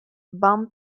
bump